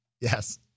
Yes